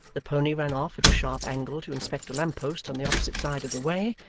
the pony ran off at a sharp angle to inspect a lamp-post on the opposite side of the way,